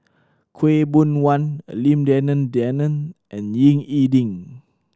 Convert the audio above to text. Khaw Boon Wan Lim Denan Denon and Ying E Ding